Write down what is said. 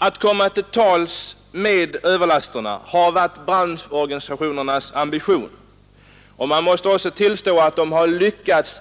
Det har varit branschorganisationernas ambition att komma till rätta med överlasterna, och man kan väl också säga att de har lyckats